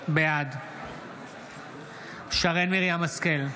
בעד שרן מרים השכל,